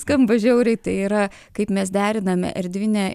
skamba žiauriai tai yra kaip mes deriname erdvinę